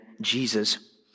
Jesus